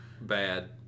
bad